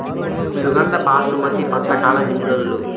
సుగంధ బాసుమతి పంట కాలం ఎన్ని రోజులు?